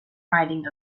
riding